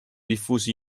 diffusi